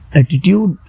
attitude